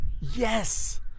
Yes